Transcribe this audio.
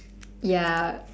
ya